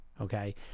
Okay